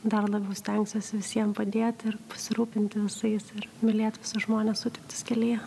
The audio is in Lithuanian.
dar labiau stengsiuos visiem padėt ir pasirūpinti visais ir mylėt žmones sutiktus kelyje